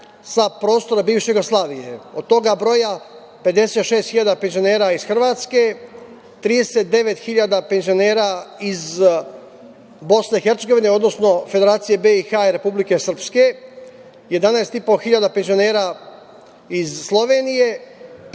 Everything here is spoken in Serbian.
sa prostora bivše Jugoslavije, od tog broja 56.000 penzionera iz Hrvatske, 39.000 penzionera iz Bosne i Hercegovine, odnosno Federacije BiH i Republike Srpske, 11.500 penzionera iz Slovenije,